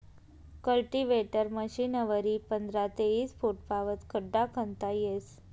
cultivator मशीनवरी पंधरा ते ईस फुटपावत खड्डा खणता येस